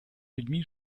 людьми